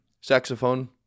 saxophone